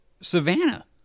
Savannah